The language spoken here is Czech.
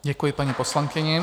Děkuji paní poslankyni.